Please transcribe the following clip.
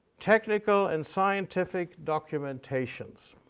technical and scientific documentations.